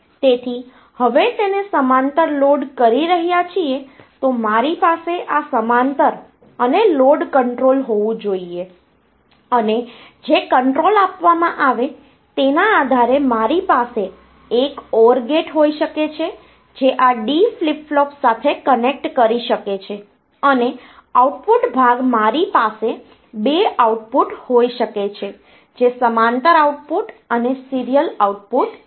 તેથી હવે તેને સમાંતર લોડ કરી રહ્યા છીએ તો મારી પાસે આ સમાંતર અને લોડ કંટ્રોલ હોવું જોઈએ અને જે કંટ્રોલ આપવામાં આવે તેના આધારે મારી પાસે એક OR ગેટ હોઈ શકે છે જે આ ડી ફ્લિપ ફ્લોપ સાથે કનેક્ટ કરી શકે છે અને આઉટપુટ ભાગ માટે મારી પાસે 2 આઉટપુટ હોઈ શકે છે જે સમાંતર આઉટપુટ અને સીરીયલ આઉટપુટ છે